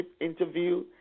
interview